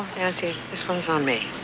nancy, this one's on me.